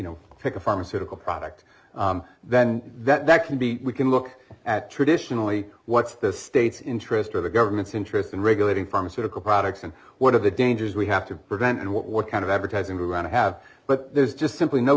know pick a pharmaceutical product then that can be we can look at traditionally what's the state's interest or the government's interest in regulating pharmaceutical products and one of the dangers we have to prevent what kind of advertising we want to have but there's just